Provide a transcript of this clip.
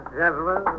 gentlemen